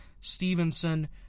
Stevenson